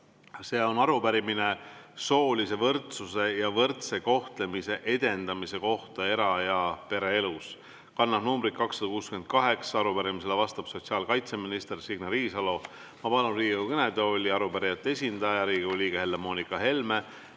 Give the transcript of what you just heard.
arupärimine soolise võrdsuse ja võrdse kohtlemise edendamise kohta era- ja pereelus, [arupärimine] nr 268. Arupärimisele vastab sotsiaalkaitseminister Signe Riisalo. Ma palun Riigikogu kõnetooli arupärijate esindaja, Riigikogu liikme Helle-Moonika Helme,